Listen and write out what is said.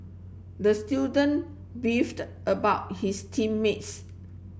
the student beefed about his team mates